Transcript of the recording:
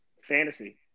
fantasy